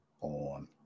on